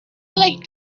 like